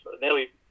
nearly